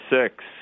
six